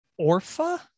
orpha